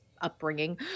upbringing